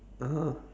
(uh huh)